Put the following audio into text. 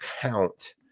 count